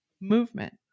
movement